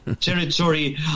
territory